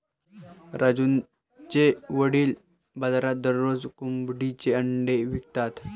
राजूचे वडील बाजारात दररोज कोंबडीची अंडी विकतात